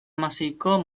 hamaseiko